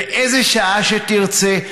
באיזו שעה שתרצה,